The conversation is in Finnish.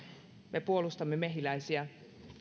me puolustamme mehiläisiä